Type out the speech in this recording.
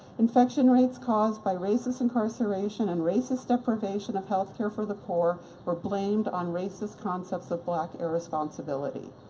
infection rates caused by racist incarceration and racist deprivation of health care for the poor were blamed on racist concepts of black irresponsibility.